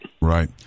Right